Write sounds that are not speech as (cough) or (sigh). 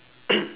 (coughs)